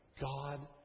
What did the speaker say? God